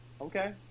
Okay